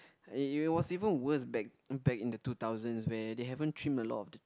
it it was even worse back back in the two thousands where they haven't trim a lot of the